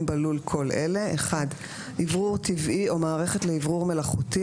בלול כל אלה: אוורור טבעי או מערכת לאוורור מלאכותי,